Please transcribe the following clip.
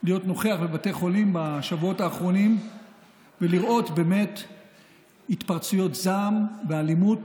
להיות נוכח בבתי חולים בשבועות האחרונים ולראות התפרצויות זעם ואלימות